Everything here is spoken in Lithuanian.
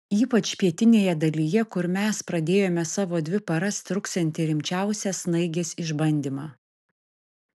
ypač pietinėje dalyje kur mes pradėjome savo dvi paras truksiantį rimčiausią snaigės išbandymą